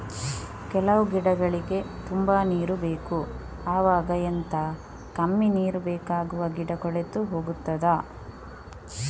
ಕೆಲವು ಗಿಡಗಳಿಗೆ ತುಂಬಾ ನೀರು ಬೇಕು ಅವಾಗ ಎಂತ, ಕಮ್ಮಿ ನೀರು ಬೇಕಾಗುವ ಗಿಡ ಕೊಳೆತು ಹೋಗುತ್ತದಾ?